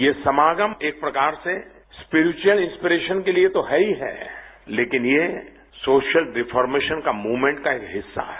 ये समागम एक प्रकार से स्प्रीचवल इंस्प्रीनेशन के लिए तो है ही है लेकिन ये सोशल रिफॉरमेशन मूवमेंट का एक हिस्सा है